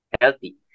healthy